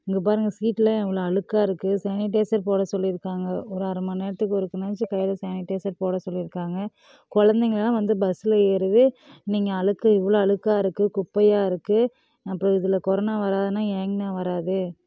இங்கே பாருங்கள் சீட்டெல்லாம் எவ்வளோ அழுக்கா இருக்கு சானிடைசர் போட சொல்லிருக்காங்க ஒரு அரைமண்நேரத்துக்கு ஒருக்கனாச்சும் கையில் சானிடைசர் போட சொல்லிருக்காங்க குலந்தைங்களெல்லாம் வந்து பஸ்ஸில் ஏறுது நீங்கள் அழுக்கு இவ்வளோ அழுக்கா இருக்கு குப்பையாக இருக்கு அப்புறோம் இதில் கொரானா வராதுன்னா ஏங்கண்ணா வராது